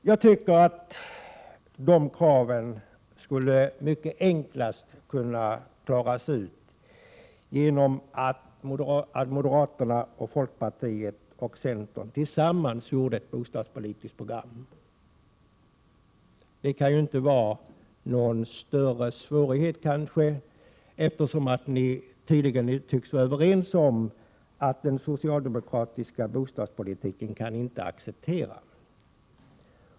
Jag tycker att det kravet enklast hade kunnat tillgodoses genom att moderaterna, folkpartiet och centern tillsammans gjorde ett bostadspolitiskt program. Det kan ju inte vara någon större svårighet, eftersom de tre partierna tydligen är överens om att den socialdemokratiska bostadspolitiken kan de inte acceptera.